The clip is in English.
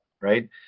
Right